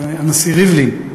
הנשיא ריבלין,